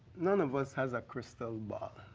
none of us has a crystal ball.